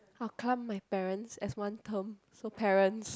I'll clump my parents as one term so parents